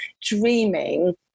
dreaming